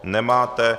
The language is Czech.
Nemáte.